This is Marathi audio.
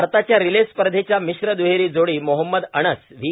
भारताच्या रिले स्पर्धेच्या मिश्रद्दहेरी जोडी मोहम्मद अनस व्ही